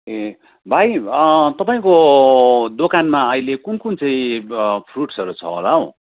ए भाइ तपाईँको दोकानमा अहिले कुन कुन चाहिँ फ्रुटसहरू छ होला हौ